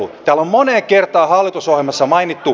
täällä on moneen kertaan hallitusohjelmassa mainittu